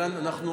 הגענו,